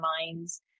minds